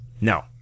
No